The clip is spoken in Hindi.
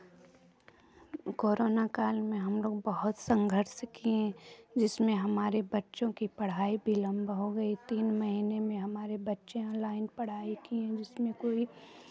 कोरोना काल में हम लोग बहुत संघर्ष किए जिसमें हमारे बच्चों की पढ़ाई विलंब हो गई तीन महीने में हमारे बच्चे ऑनलाइन पढ़ाई किए जिसमें कोई